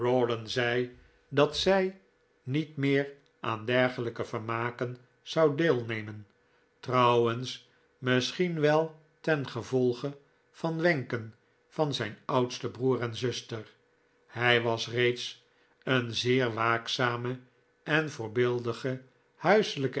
zei dat zij niet meer aan dergelijke vermaken zou deelnemen trouwens misschien wel ten gevolge van wenken van zijn oudsten broer en zuster hij was reeds een zeer waakzame en voorbeeldig huiselijke